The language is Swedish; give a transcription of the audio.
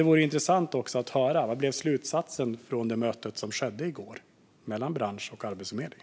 Det vore intressant att höra vad slutsatsen blev under mötet som skedde i går mellan bransch och arbetsförmedling.